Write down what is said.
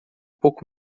pouco